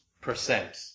percent